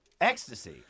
ecstasy